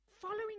following